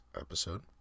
episode